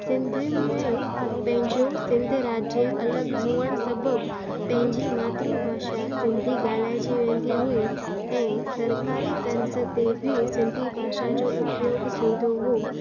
सिंधियुनि में पंहिंजो सिंधु राज्य अलॻि हुअणु सबबि पंहिंजी मातृ भाषा सिंधी ॻाल्हाएजी वेंदी हुई ऐं सरकारी तर्ज़ ते बि सिंधी भाषा जो उपयोगु थींदो हो